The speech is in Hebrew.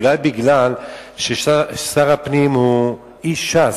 אולי מפני ששר הפנים הוא איש ש"ס,